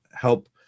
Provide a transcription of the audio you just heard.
help